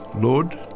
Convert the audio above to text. Lord